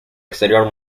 exterior